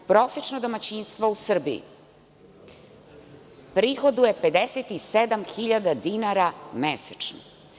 Prosečno domaćinstvo u Srbiji prihoduje 57.000 dinara mesečno.